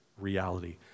reality